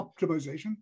optimization